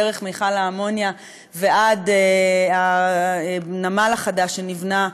דרך מכל האמוניה ועד הנמל החדש שנבנה,